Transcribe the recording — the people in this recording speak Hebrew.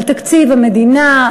על תקציב המדינה,